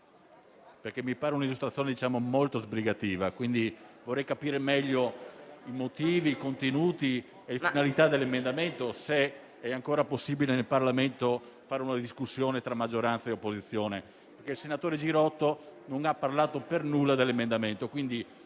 Mi è parsa un'illustrazione molto sbrigativa, quindi vorrei capire meglio i motivi, i contenuti e le finalità dell'emendamento - se è ancora possibile nel Parlamento fare una discussione tra maggioranza e opposizione - dato che il senatore Girotto non ne ha parlato affatto.